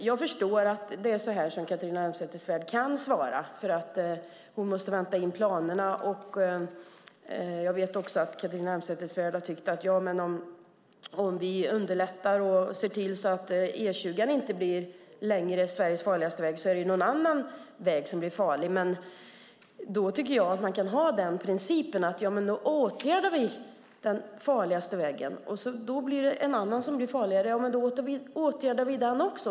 Jag förstår att det är så här som Catharina Elmsäter-Svärd kan svara. Hon måste vänta in planerna. Jag vet också att Catharina Elmsäter-Svärd har tyckt att om vi underlättar och ser till att E20 inte längre är Sveriges farligaste väg är det någon annan väg som blir farligast. Jag tycker att man kan ha den principen att man åtgärdar den farligaste vägen. Då blir det en annan väg som blir farligast, och då åtgärdar vi den också.